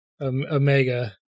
Omega